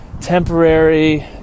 Temporary